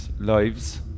lives